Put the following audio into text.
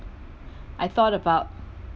I thought about